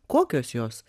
kokios jos